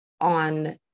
on